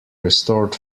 restored